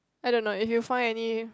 I don't know if you find any